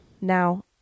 now